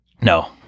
No